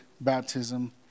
baptism